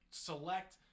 Select